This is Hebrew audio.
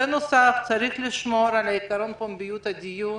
בנוסף צריך לשמור על עיקרון פומביות הדיון